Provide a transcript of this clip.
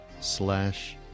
slash